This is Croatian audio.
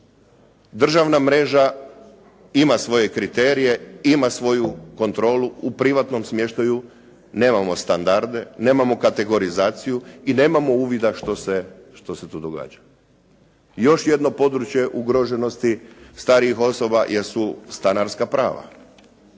Državna mreža ima svoje kriterije, ima svoju kontrolu, u privatnom smještaju nemamo standarde, nemamo kategorizaciju i nemamo uvida što se tu događa. I još jedno područje ugroženosti starijih osoba jesu stanarska prava.